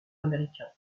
américain